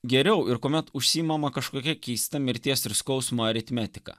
geriau ir kuomet užsiimama kažkokia keista mirties ir skausmo aritmetika